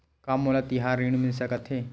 का मोला तिहार ऋण मिल सकथे?